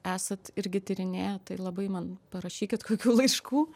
esat irgi tyrinėję tai labai man parašykit kokių laiškų